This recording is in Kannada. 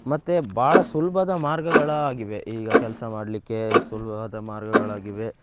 ಮತ್ತು ಭಾಳ ಸುಲಭದ ಮಾರ್ಗಗಳಾಗಿವೆ ಈಗ ಕೆಲಸ ಮಾಡಲಿಕ್ಕೆ ಸುಲಭದ ಮಾರ್ಗಗಳಾಗಿವೆ